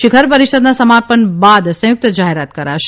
શિખર પરિષદના સમાપન બાદ સંયુક્ત જાહેરાત કરાશે